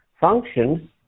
function